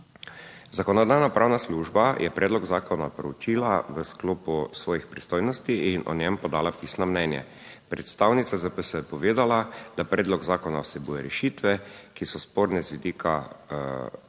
Zakonodajno-pravna služba je predlog zakona proučila v sklopu svojih pristojnosti in o njem podala pisno mnenje. Predstavnica ZPS je povedala, da predlog zakona vsebuje rešitve, ki so sporne z vidika 38. člena